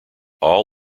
all